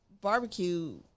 barbecue